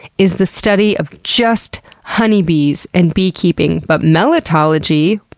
is the study of just honey bees and beekeeping. but, melittology,